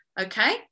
okay